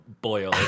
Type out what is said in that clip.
boil